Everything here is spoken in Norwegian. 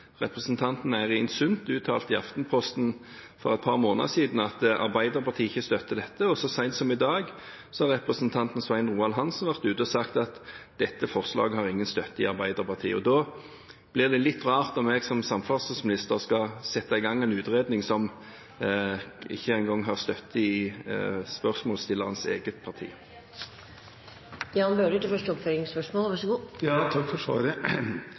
Representanten Eirin Sund uttalte i Aftenposten for et par måneder siden at Arbeiderpartiet ikke støtter dette, og så sent som i dag har representanten Svein Roald Hansen vært ute og sagt at dette forslaget har ingen støtte i Arbeiderpartiet. Da blir det litt rart om jeg som samferdselsminister skal sette i gang en utredning som ikke engang har støtte i spørsmålsstillerens eget